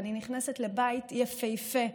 ואני נכנסת לבית יפהפה,